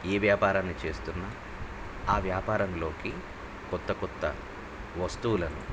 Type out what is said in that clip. ఏ వ్యాపారాన్ని చేస్తున్నా ఆ వ్యాపారంలోకి కొత్త కొత్త వస్తువులను